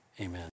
amen